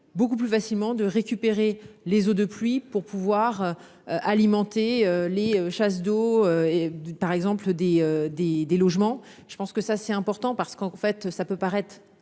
beaucoup plus facilement de récupérer les eaux de pluie pour pouvoir alimenter les chasses d'eau. Par exemple des des des logements. Je pense que ça c'est important parce qu'en fait, ça peut paraître